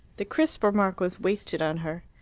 the crisp remark was wasted on her.